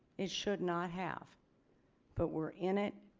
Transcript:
it should not have but we're in it